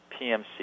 PMC